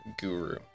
Guru